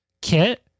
kit